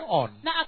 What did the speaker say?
on